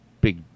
big